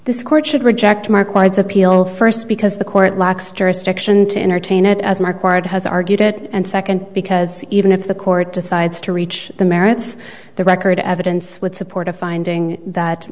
this court should reject mark white's appeal first because the court lacks jurisdiction to entertain it as marquard has argued it and second because even if the court decides to reach the merits the record evidence would support a finding that